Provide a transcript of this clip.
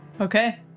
Okay